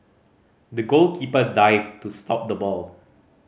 the goalkeeper dived to stop the ball